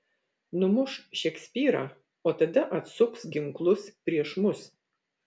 numuš šekspyrą o tada atsuks ginklus prieš mus